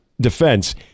defense